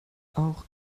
auch